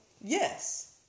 Yes